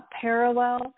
parallel